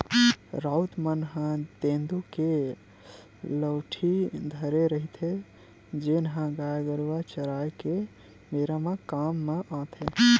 राउत मन ह तेंदू के लउठी धरे रहिथे, जेन ह गाय गरुवा चराए के बेरा काम म आथे